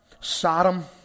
Sodom